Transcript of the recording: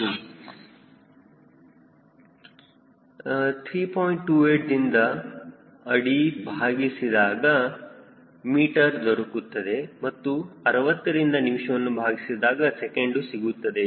28 ದಿಂದ ಅಡಿ ಭಾಗಿಸಿದಾಗ ಮೀಟರ್ ದೊರಕುತ್ತದೆ ಮತ್ತು 60 ರಿಂದ ನಿಮಿಷವನ್ನು ಭಾಗಿಸಿದಾಗ ಸೆಕೆಂಡು ಸಿಗುತ್ತದೆ